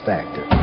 Factor